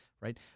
right